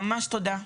ממש תודה.